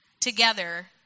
Together